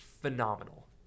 phenomenal